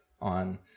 on